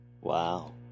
Wow